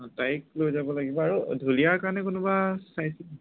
তাইক লৈ যাব লাগিব আৰু ঢুলীয়াৰ কাৰণে কোনোবা চাইছিল নেকি